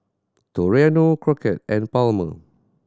Toriano Crockett and Palmer